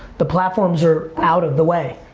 the platforms are out of the way.